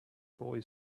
boy